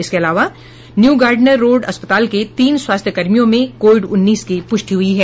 इसके अलावा new Gardiner road अस्पताल के तीन स्वास्थ्यकर्मियों में कोविड उन्नीस की पुष्टि हुई है